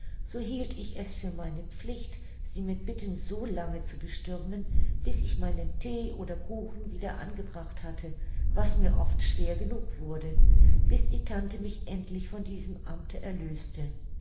so hielt ich es für meine pflicht sie mit bitten so lange zu bestürmen bis ich meinen thee oder kuchen wieder angebracht hatte was mir oft schwer genug wurde bis die tante mich endlich von diesem amte erlöste